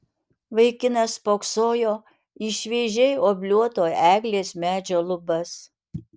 vaikinas spoksojo į šviežiai obliuoto eglės medžio lubas